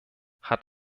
hat